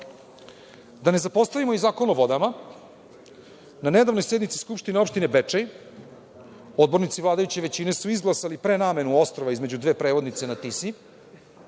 ne zapostavimo i Zakon o vodama, na nedavnoj sednici SO Bečej odbornici vladajuće većine su izglasali prenamenu ostrva između dve prevodnice na Tisi.